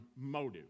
motive